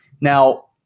Now